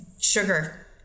sugar